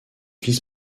vice